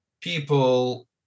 people